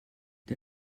der